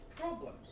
problems